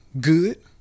good